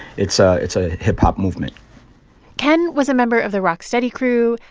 it's ah it's a hip-hop movement ken was a member of the rock steady crew.